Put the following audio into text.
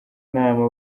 nama